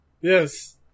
Yes